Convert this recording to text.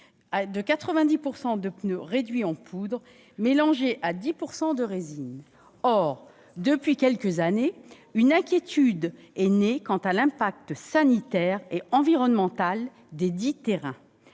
à 90 % de pneus réduits en poudre, mélangés à 10 % de résine. Or, depuis quelques années, une inquiétude est née quant à l'impact sanitaire et environnemental desdits terrains.